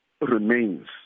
remains